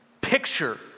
picture